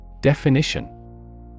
Definition